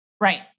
Right